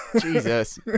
Jesus